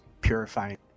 purifying